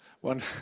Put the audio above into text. one